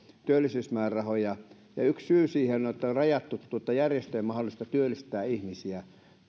työllisyysmäärärahoja ja yksi syy siihen on että on on rajattu järjestöjen mahdollisuutta työllistää ihmisiä